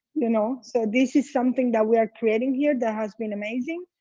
you know so this is something that we are creating here that has been amazing.